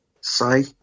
say